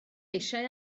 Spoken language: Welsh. eisiau